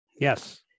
Yes